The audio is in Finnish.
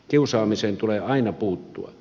kiusaamiseen tulee aina puuttua